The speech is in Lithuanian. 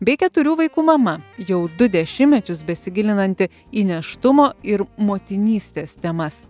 bei keturių vaikų mama jau du dešimtmečius besigilinanti į nėštumo ir motinystės temas